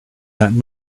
that